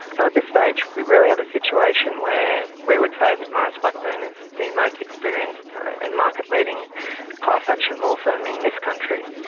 so this stage we really have a situation where we would say that maurice blackburn is the most experienced and market leading class action law firm in this country.